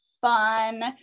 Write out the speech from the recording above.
fun